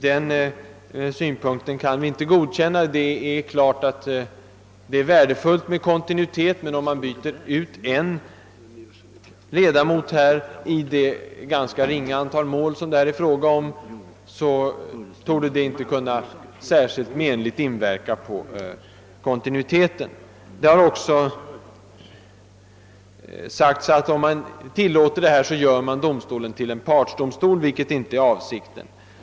Det är en synpunkt som vi inte kan godkänna. Kontinuiteten är givetvis värdefull, men om man byter ut en ledamot av domstolen vid det ringa antal mål, som det här är fråga om så torde detta inte i någon högre grad inverka menligt på kontinuiteten. Det har i sammanhanget också anförts, att om vi går den föreslagna vägen så gör vi arbetsdomstolen till en partsdomstol, och det har inte varit avsikten.